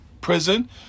prison